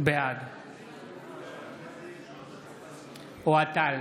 בעד אוהד טל,